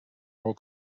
hole